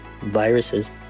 viruses